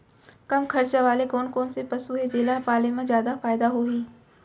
कम खरचा वाले कोन कोन पसु हे जेला पाले म जादा फायदा होही?